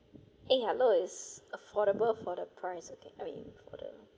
eh hello it's affordable for the price okay I mean for the